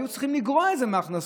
היו צריכים לגרוע את זה מההכנסות.